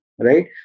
right